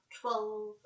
Twelve